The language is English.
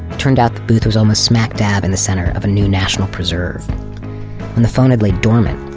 turned out the booth was almost smack dab in the center of a new national preserve and the phone had laid dormant,